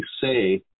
say